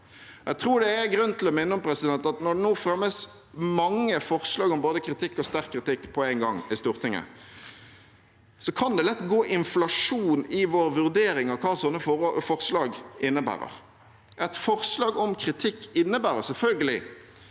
Jeg tror det er grunn til å minne om at når det nå fremmes mange forslag om både kritikk og sterk kritikk på en gang i Stortinget, kan det lett gå inflasjon i vår vurdering av hva sånne forslag innebærer. Et forslag om kritikk innebærer selvfølgelig